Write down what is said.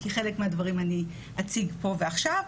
כי חלק מהדברים אני אציג פה ועכשיו.